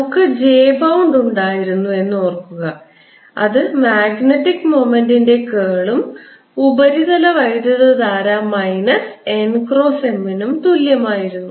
നമുക്ക് j bound ഉണ്ടായിരുന്നു എന്ന് ഓർക്കുക അത് മാഗ്നറ്റിക് മൊമെന്റ്ൻറെ കേളും ഉപരിതല വൈദ്യുതധാര മൈനസ് n ക്രോസ് M നും തുല്യമായിരുന്നു